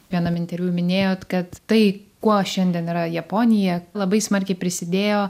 vienam interviu minėjot kad tai kuo šiandien yra japonija labai smarkiai prisidėjo